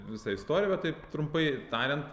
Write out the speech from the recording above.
visą istoriją va taip trumpai tariant